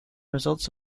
results